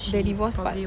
the divorce part